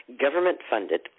government-funded